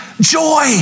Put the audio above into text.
Joy